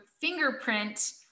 fingerprint